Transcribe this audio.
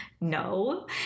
no